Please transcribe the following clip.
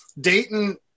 Dayton